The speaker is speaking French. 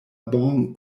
ban